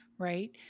Right